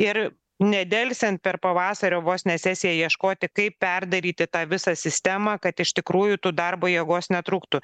ir nedelsiant per pavasario vos ne sesiją ieškoti kaip perdaryti tą visą sistemą kad iš tikrųjų tų darbo jėgos netrūktų